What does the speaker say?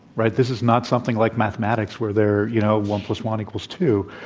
right? this is not something like mathematics where there, you know, one plus one equals two.